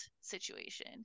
situation